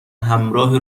همراه